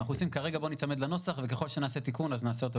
כרגע ניצמד לנוסח ואם יהיה תיקון אז נציג